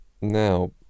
now